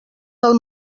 del